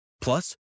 Plus